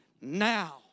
now